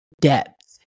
depth